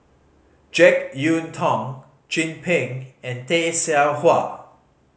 Jek Yeun Thong Chin Peng and Tay Seow Huah